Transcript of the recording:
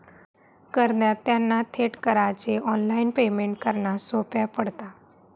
करदात्यांना थेट करांचे ऑनलाइन पेमेंट करना सोप्या पडता